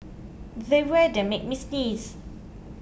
the weather made me sneeze